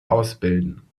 ausbilden